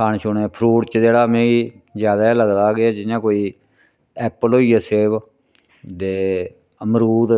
खाने छुने फ्रूट च जेह्ड़ा मिगी ज्यादा गै लगदा ऐ के जियां कोई ऐप्पल होई गेआ सेब ते अमरूद